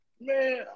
Man